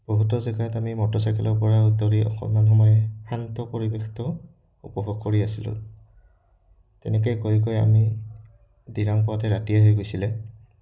বহুতো জেগাত আমি মটৰচাইকেলৰ পৰা উতৰি অকণমান সময় শান্ত পৰিৱেশটো উপভোগ কৰি আছিলোঁ তেনেকৈ গৈ গৈ আমি দিৰাং পাওঁতে ৰাতি হৈ গৈছিলে